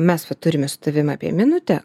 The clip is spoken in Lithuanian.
mes turime su tavim apie minutę